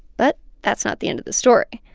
but that's not the end of the story.